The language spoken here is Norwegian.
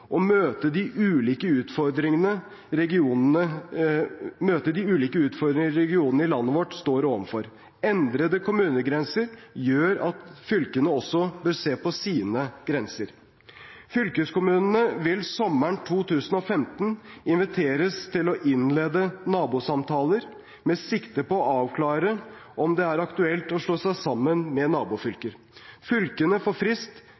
og møte de ulike utfordringene regionene i landet vårt står overfor. Endrede kommunegrenser gjør at fylkene også bør se på sine grenser. Fylkeskommunene vil sommeren 2015 inviteres til å innlede nabosamtaler med sikte på å avklare om det er aktuelt å slå seg sammen med nabofylker. Fylkene får frist